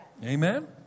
Amen